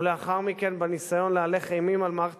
ולאחר מכן הניסיון להלך אימים על מערכת